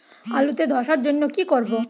আলুতে ধসার জন্য কি করব?